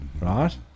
right